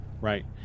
Right